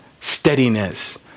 Steadiness